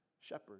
shepherd